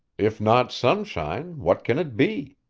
if not sunshine, what can it be